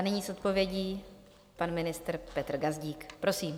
Nyní s odpovědí pan ministr Petr Gazdík, prosím.